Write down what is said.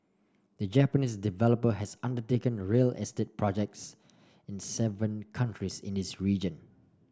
the Japanese developer has undertaken a real estate projects in seven countries in this region